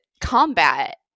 combat